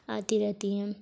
آتی رہتی ہیں